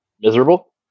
miserable